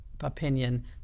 opinion